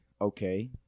okay